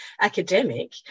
academic